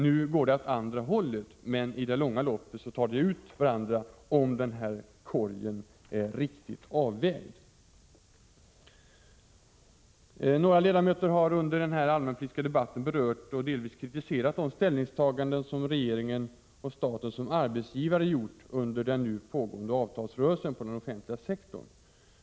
Nu går det åt andra hållet, men i det långa loppet tar de ut varandra om korgen är riktigt avvägd. Några ledamöter har under denna allmänpolitiska debatt berört och delvis kritiserat de ställningstaganden som regeringen och staten som arbetsgivare har gjort under den nu pågående avtalsrörelsen på den offentliga sektorn.